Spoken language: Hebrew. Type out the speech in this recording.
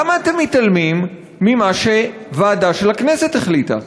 למה אתם מתעלמים ממה שוועדה של הכנסת החליטה?